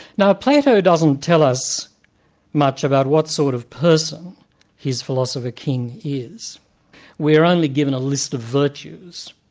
now plato doesn't tell us much about what sort of person his philosopher king is we're only given a list of virtues.